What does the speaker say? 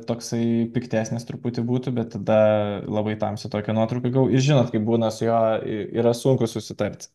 toksai piktesnis truputį būtų bet tada labai tamsią tokią nuotrauką gavau jūs žinot kaip būna su juo yra sunku susitarti